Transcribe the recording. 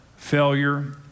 Failure